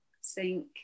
sink